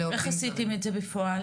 איך עשיתם את זה בפועל?